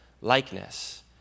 likeness